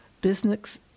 Business